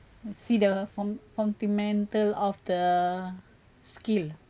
see the fun~ fundamental of the skill